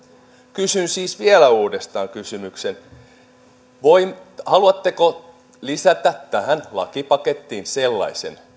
kysyn siis vielä uudestaan kysymyksen haluatteko lisätä tähän lakipakettiin sellaisen